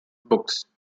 books